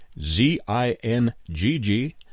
z-i-n-g-g